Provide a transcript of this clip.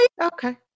Okay